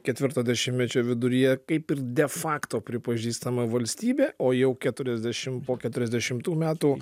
ketvirto dešimtmečio viduryje kaip ir de facto pripažįstama valstybė o jau keturiasdešim po keturiasdešimtų metų